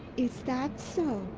is that so?